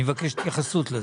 אני מבקש התייחסות לזה.